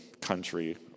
country